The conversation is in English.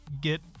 get